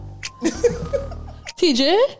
TJ